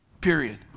Period